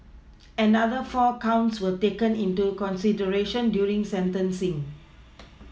another four counts were taken into consideration during sentencing